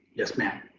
yes ma'am.